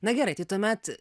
na gerai tai tuomet